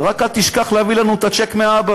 אבל רק אל תשכח להביא לנו את הצ'ק מאבא.